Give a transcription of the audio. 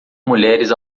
mulheres